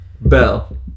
Bell